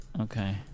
Okay